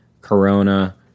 corona